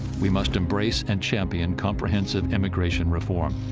we must embrace and champion comprehensive immigration reform.